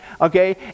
okay